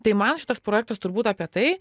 tai man šitas projektas turbūt apie tai